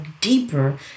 deeper